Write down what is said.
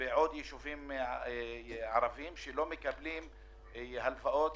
עסקים בישובים ערביים שלא מקבלים הלוואות.